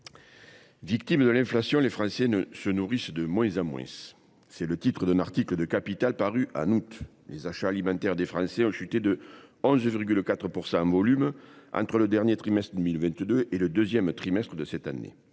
Victimes de l’inflation, les Français se nourrissent de moins en moins »: tel était le titre d’un article de paru en août dernier. Les achats alimentaires des Français ont chuté de 11,4 % en volume entre le dernier trimestre de 2022 et le deuxième trimestre de cette année.